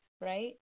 right